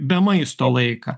be maisto laiką